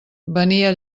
venia